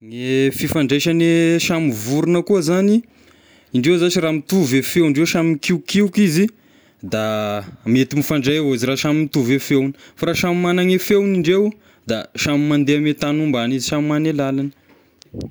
Ny fifandraisane samy vorogna koa zagny, indreo zashy raha mitovy a feondreo samy mikiokioky izy da mety mifandray avao izy raha samy e feogny, fa raha samy magnan'ny feogny indreo da samy mandeha amin'ny tagny hombany izy, samy magna e lalagny.